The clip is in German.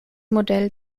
modell